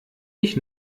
ich